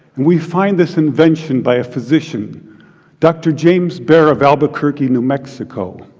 and we found this invention by a physician dr. james bare of albuquerque, new mexico.